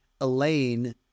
Elaine